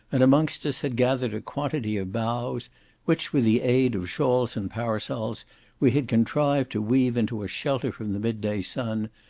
and amongst us had gathered a quantity of boughs which, with the aid of shawls and parasols, we had contrived to weave into a shelter from the midday sun,